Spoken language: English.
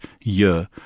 year